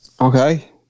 Okay